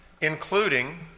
including